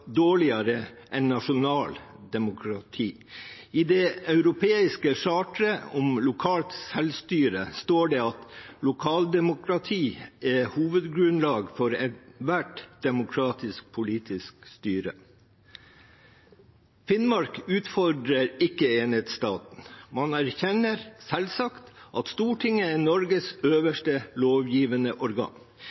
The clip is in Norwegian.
dårligere enn nasjonalt demokrati. I det europeiske charteret om lokalt selvstyre står det at lokaldemokrati er hovedgrunnlag for ethvert demokratisk politisk styre. Finnmark utfordrer ikke enhetsstaten. Man erkjenner selvsagt at Stortinget er Norges øverste lovgivende organ.